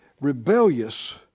rebellious